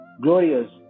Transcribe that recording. glorious